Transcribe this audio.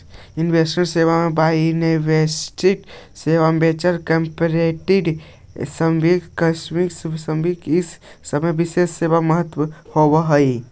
investment सेवा में private equity, venture capital, advisory service, custody service इ सब के विशेष महत्व होवऽ हई